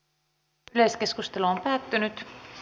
yleiskeskustelu päättyi